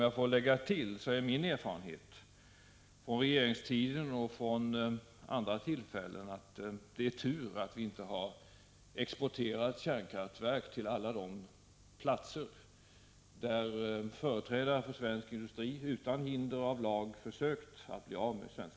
Jag skulle vilja tillägga att min erfarenhet från den borgerliga regeringstiden och från andra sammanhang är att det är tur att vi inte har exporterat kärnkraftverk till alla länder där företrädare för svensk industri utan lagliga hinder försökt bli av med sådana.